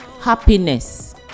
happiness